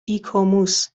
ایکوموس